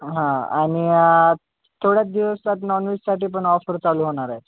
हा आणि थोड्या दिवसात नॉनव्हेजसाठीपण ऑफर चालू होणार आहे